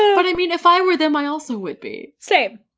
ah but i mean, if i were them i also would be. same.